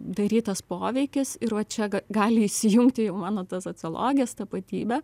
darytas poveikis ir va čia ga gali įsijungti į mano tą sociologės tapatybę